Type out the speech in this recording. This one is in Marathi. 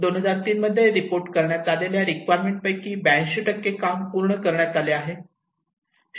2003 मध्ये रिपोर्ट करण्यात आलेल्या रिक्वायरमेंट पैकी 82 काम पूर्ण करण्यात आले आहे